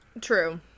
True